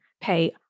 pay